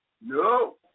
No